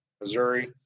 Missouri